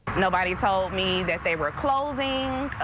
nobody told me that they were closing,